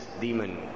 demon